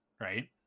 right